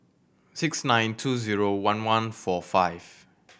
six nine two zero one one four five